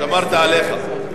שמרתי עליך.